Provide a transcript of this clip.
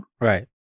Right